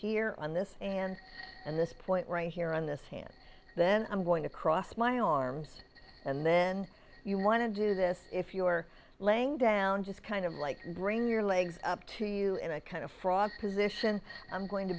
here on this and and this point right here on this hand then i'm going to cross my arms and then you want to do this if you're laying down just kind of like bring your legs up to you in a kind of fraud position i'm going to